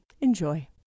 Enjoy